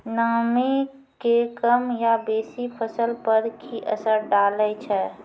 नामी के कम या बेसी फसल पर की असर डाले छै?